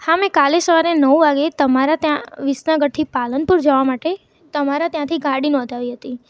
હા મેં કાલે સવારે નવ વાગ્યે તમારા ત્યાં વિસનગરથી પાલનપુર જવા માટે તમારા ત્યાંથી ગાડી નોંધાવી હતી